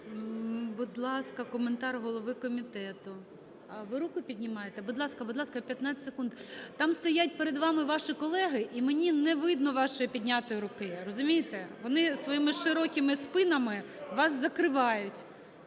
Будь ласка, коментар голови комітету. Ви руку піднімаєте? Будь ласка, будь ласка, 15 секунд. Там стоять перед вами ваші колеги, і мені не видно вашої піднятої руки, розумієте. Вони своїми широкими спинами вас закривають.